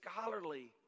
scholarly